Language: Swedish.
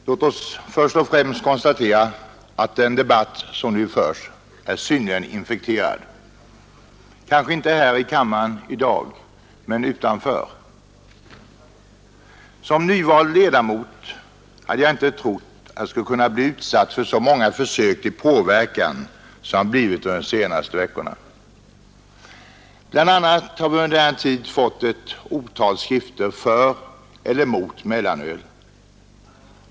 Herr talman! Låt oss först och främst konstatera att den debatt som nu förs är synnerligen infekterad, kanske inte här i kammaren i dag, men utanför. Som nyvald ledamot hade jag inte trott att jag skulle kunna bli utsatt för så många försök till påverkan som under de senaste veckorna. Bl. a. har vi under denna tid fått ett otal skrifter för eller mot mellanöl.